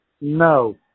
No